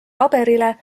paberile